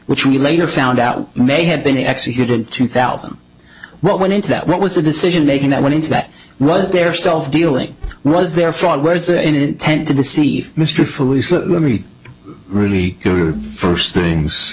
which we later found out may have been executed two thousand what went into that what was the decision making that went into that was there self dealing was there fraud where's the intent to deceive mr foley slithery really your first things